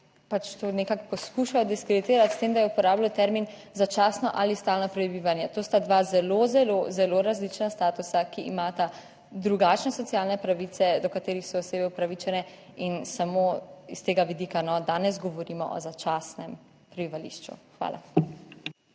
pač to nekako poskušal diskreditirati s tem, da je uporabljal termin začasno ali stalno prebivanje. To sta dva zelo, zelo, zelo različna statusa, ki imata drugačne socialne pravice, do katerih so osebe upravičene. In samo iz tega vidika, no, danes govorimo o začasnem prebivališču. Hvala.